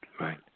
Right